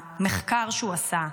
המחקר שהוא עשה,